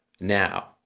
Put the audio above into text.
now